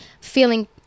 feeling